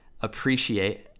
appreciate